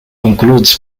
includes